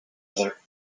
other